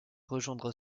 rejoindre